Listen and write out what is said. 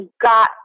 got